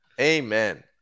amen